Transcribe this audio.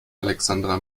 alexandra